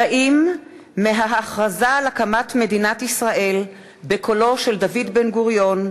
קטעים מההכרזה על הקמת מדינת ישראל בקולו של דוד בן-גוריון,